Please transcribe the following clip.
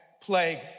plague